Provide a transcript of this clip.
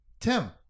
tim